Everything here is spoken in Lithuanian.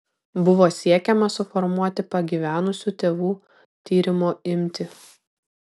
buvo siekiama suformuoti pagyvenusių tėvų tyrimo imtį